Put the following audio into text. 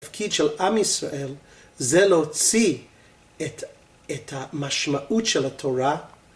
התפקיד של עם ישראל זה להוציא את המשמעות של התורה